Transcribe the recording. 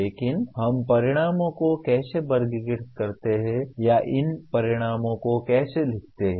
लेकिन हम परिणामों को कैसे वर्गीकृत करते हैं या हम इन परिणामों को कैसे लिखते हैं